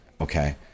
okay